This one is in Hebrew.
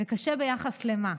קשה ביחס למה?